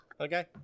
Okay